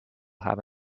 have